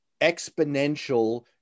exponential